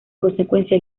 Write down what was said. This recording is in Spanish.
consecuencia